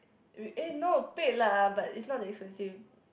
we eh no paid lah but it's not that expensive